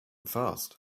fast